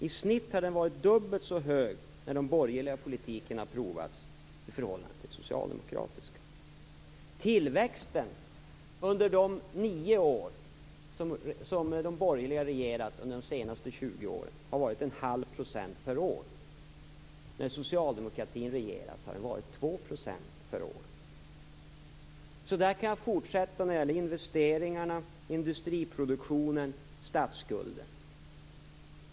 I snitt har den varit dubbelt så hög när den borgerliga politiken har provats i förhållande till socialdemokratiska perioder. Tillväxten under de nio år som de borgerliga har regerat under de senaste 20 åren har varit en halv procent per år. När Socialdemokraterna har regerat har den varit 2 % per år. Så här kan jag fortsätta när det gäller investeringarna, industriproduktionen och statsskulden.